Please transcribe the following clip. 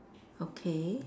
okay